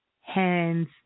hands